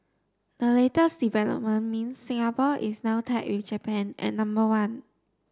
the latest development means Singapore is now tied with Japan at number one